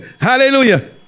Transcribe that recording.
hallelujah